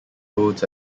roads